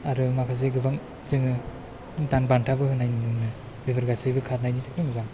आरो माखासे गोबां जोङो दान बान्थाबो होनाय नुनो मोनो बेफोर गासैबो खारनायनि थाखाय मोजां